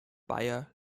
beyer